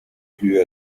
plut